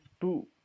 two